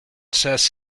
says